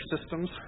systems